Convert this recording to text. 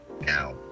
now